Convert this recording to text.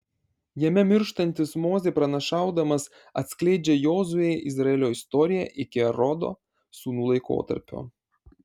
jame mirštantis mozė pranašaudamas atskleidžia jozuei izraelio istoriją iki erodo sūnų laikotarpio